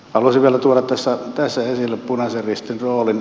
haluaisin vielä tuoda tässä esille punaisen ristin roolin